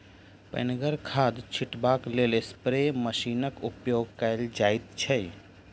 पनिगर खाद छीटबाक लेल स्प्रे मशीनक उपयोग कयल जाइत छै